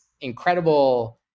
incredible